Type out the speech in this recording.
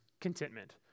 contentment